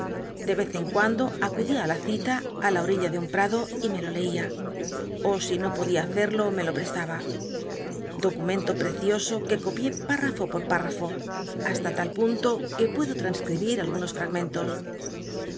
de vez en cuando acudía ít la cita i la ol'illa de un wado y me lo leía ó si no podia hacerlo me lo prestaba documento precioso que copié p irrafo po írafo hasla lal punto que puedo tanscribie algunos